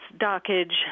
dockage